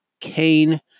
Kane